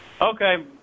okay